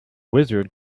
wizard